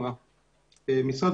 משרד